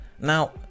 Now